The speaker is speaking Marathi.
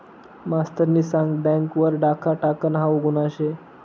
मास्तरनी सांग बँक वर डाखा टाकनं हाऊ गुन्हा शे